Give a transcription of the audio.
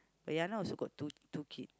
Yana also got two two kid